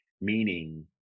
meaning